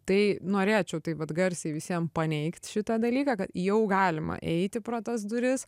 tai norėčiau taip vat garsiai visiem paneigt šitą dalyką ka jau galima eiti pro tas duris